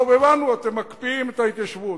טוב, הבנו, אתם מקפיאים את ההתיישבות.